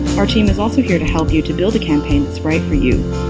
our team is also here to help you to build the campaign that's right for you.